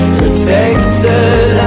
protected